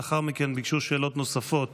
לאחר מכן ביקשו שאלות נוספות